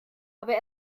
aber